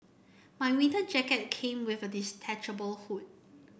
my winter jacket came with a detachable hood